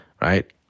Right